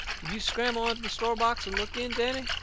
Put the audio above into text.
did you scramble onto the store box and look in, danny?